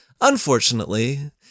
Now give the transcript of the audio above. Unfortunately